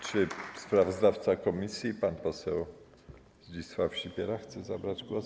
Czy sprawozdawca komisji pan poseł Zdzisław Sipiera chce zabrać głos?